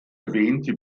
erwähnte